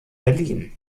berlin